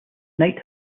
night